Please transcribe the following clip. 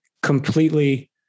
completely